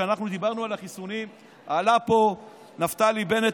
כשאנחנו דיברנו על החיסונים עלה לפה נפתלי בנט,